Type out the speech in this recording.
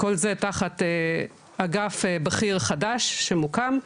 כל זה תחת אגף בכיר חדש שמוקם,